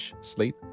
sleep